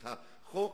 את החוק,